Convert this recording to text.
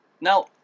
Now